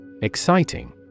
Exciting